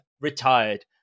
retired